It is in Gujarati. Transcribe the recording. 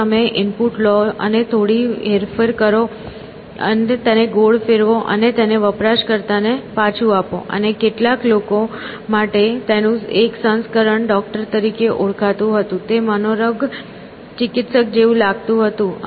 જો તમે ઇનપુટ લો અને થોડી હેરફેર કરો તેને ગોળ ફેરવો અને તેને વપરાશકર્તાને પાછું આપો અને કેટલાક લોકો માટે તેનું એક સંસ્કરણ ડોક્ટર તરીકે ઓળખાતું હતું તે મનોરોગ ચિકિત્સક જેવું લાગતું હતું